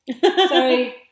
Sorry